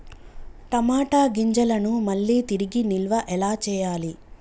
టమాట గింజలను మళ్ళీ తిరిగి నిల్వ ఎలా చేయాలి?